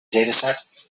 dataset